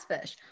fish